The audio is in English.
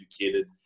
educated